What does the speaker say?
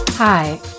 Hi